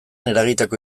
eragiteko